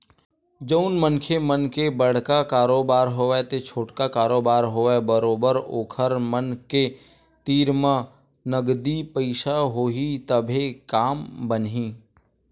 जउन मनखे मन के बड़का कारोबार होवय ते छोटका कारोबार होवय बरोबर ओखर मन के तीर म नगदी पइसा होही तभे काम बनही